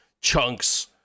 chunks